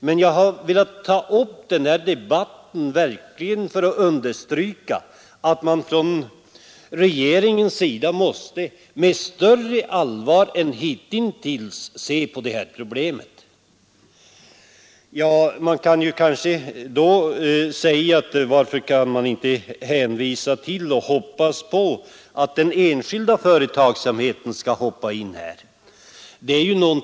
Men jag har tagit upp frågan i debatten för att verkligen understryka att man från regeringssidan måste med större allvar än hitintills beakta problemet. Man kan kanske då hänvisa till den enskilda företagsamheten och hoppas att den skall komma in här.